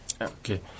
Okay